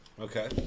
Okay